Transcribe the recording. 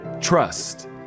Trust